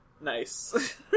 nice